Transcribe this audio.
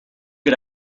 get